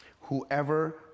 Whoever